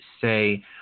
say